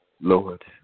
Lord